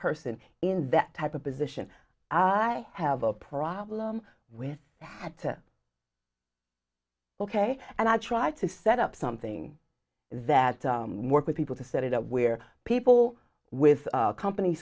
person in that type of position i have a problem with i had to ok and i tried to set up something that work with people to set it up where people with companies